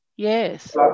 Yes